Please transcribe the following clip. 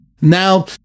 now